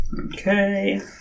Okay